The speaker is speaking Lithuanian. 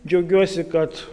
džiaugiuosi kad